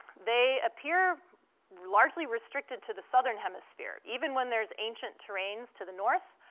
they appear largely restricted to the southern hemisphere. even when there's ancient terrains to the north,